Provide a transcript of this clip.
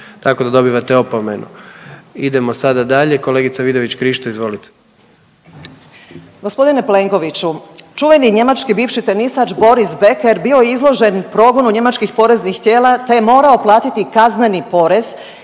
Tako da dobivate opomenu. Idemo sada dalje, kolegica Vidović Krišto, izvolite. **Vidović Krišto, Karolina (Nezavisni)** Gospodine Plenkoviću, čuveni njemački bivši tehnisač Boris Becker bio je izložen progonu njemačkih poreznih tijela te je morao platiti kazneni porez